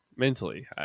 Mentally